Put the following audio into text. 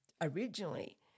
originally